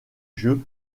jeux